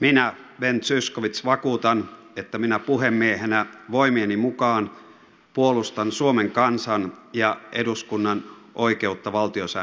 minä ben zyskowicz vakuutan että minä puhemiehenä voimieni mukaan puolustan suomen kansan ja eduskunnan oikeutta valtiosäännön mukaan